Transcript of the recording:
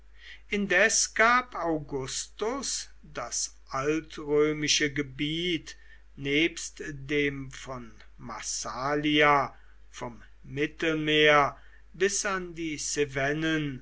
indes gab augustus das altrömische gebiet nebst dem von massalia vom mittelmeer bis an die